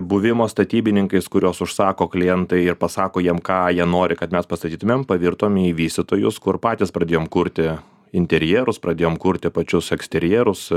buvimo statybininkais kuriuos užsako klientai ir pasako jiem ką jie nori kad mes pastatytumėm pavirtom į vystytojus kur patys pradėjom kurti interjerus pradėjom kurti pačius eksterjerus